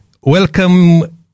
welcome